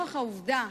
ולנוכח העובדה